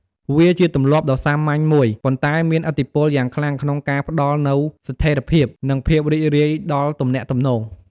វាជាទម្លាប់ដ៏សាមញ្ញមួយ ប៉ុន្តែមានឥទ្ធិពលយ៉ាងខ្លាំងក្នុងការផ្តល់នូវស្ថិរភាព និងភាពរីករាយដល់ទំនាក់ទំនង។